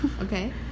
Okay